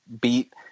beat